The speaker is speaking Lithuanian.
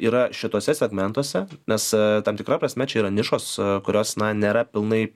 yra šituose segmentuose nes tam tikra prasme čia yra nišos kurios na nėra pilnai